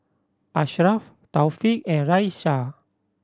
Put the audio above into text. Ashraf Taufik and Raisya